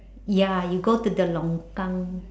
ya you go to the longkang